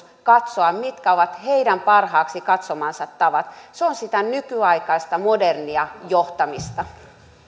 katsoa mitkä ovat heidän parhaaksi katsomansa tavat se on sitä nykyaikaista modernia johtamista